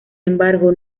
embargo